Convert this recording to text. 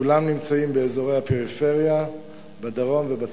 כולם נמצאים באזורי הפריפריה בדרום ובצפון.